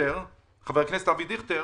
חבר הכנסת אבי דיכטר,